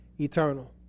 eternal